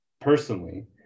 personally